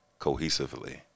cohesively